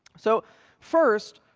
so first,